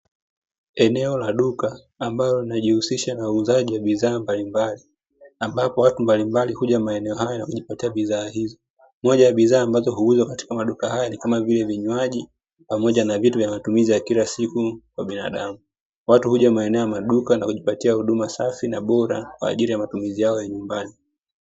Eneo la duka ambalo linajihusisha na uuzaji wa bidhaa mbalimbali, ambapo watu mablimbali huja maeneo hayo na kujipatia bidhaa hizo. Moja ya bidhaa ambazo huuzwa katika maduka hayo ni kama vile: vinywaji pamoja na vitu vya matumizi ya kila siku kwa binadamu. Watu huja maeneo ya maduka na kujipatia huduma safi na bora kwa ajili ya matumizi yao ya nyumbani.